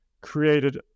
created